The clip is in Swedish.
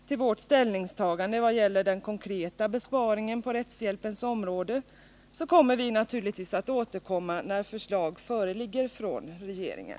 Till vårt ställningstagande i vad gäller den konkreta besparingen på rättshjälpens område skall vi naturligtvis återkomma när förslag föreligger från regeringen.